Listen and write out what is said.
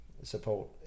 support